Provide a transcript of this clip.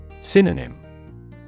Synonym